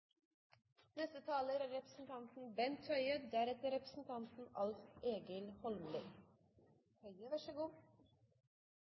Neste taler er representanten